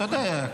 אתה יודע.